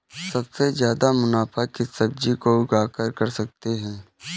सबसे ज्यादा मुनाफा किस सब्जी को उगाकर कर सकते हैं?